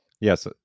Yes